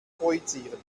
projizieren